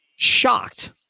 shocked